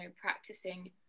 practicing